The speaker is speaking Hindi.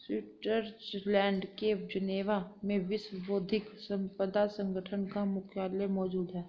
स्विट्जरलैंड के जिनेवा में विश्व बौद्धिक संपदा संगठन का मुख्यालय मौजूद है